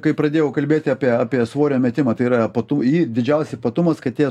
kai pradėjau kalbėti apie apie svorio metimą tai yra po tų į didžiausias ypatumas kad jie